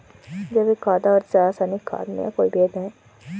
जैविक खाद और रासायनिक खाद में कोई भेद है?